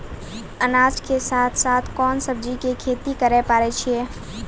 अनाज के साथ साथ कोंन सब्जी के खेती करे पारे छियै?